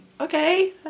okay